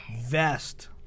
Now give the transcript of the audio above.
Vest